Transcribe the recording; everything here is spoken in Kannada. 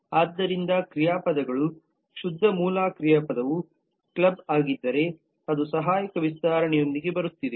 ಆದ್ದರಿಂದ ಕ್ರಿಯಾಪದಗಳು ಶುದ್ಧ ಮೂಲ ಕ್ರಿಯಾಪದವು ಕ್ಲಬ್ ಆಗಿದ್ದರೆ ಅದು ಸಹಾಯಕ ವಿಸ್ತರಣೆಯೊಂದಿಗೆ ಬರುತ್ತಿದೆ